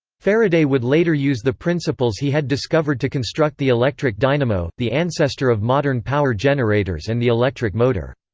faraday would later use the principles he had discovered to construct the electric dynamo, the ancestor of modern power generators and the electric motor.